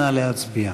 נא להצביע.